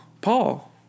Paul